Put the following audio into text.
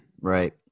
right